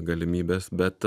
galimybes bet